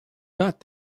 thought